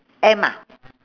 M ah